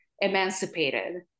emancipated